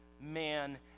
man